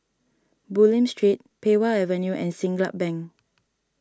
Bulim Street Pei Wah Avenue and Siglap Bank